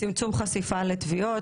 צמצום חשיפה לתביעות,